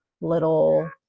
little